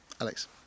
Alex